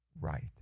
right